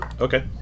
Okay